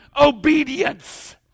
obedience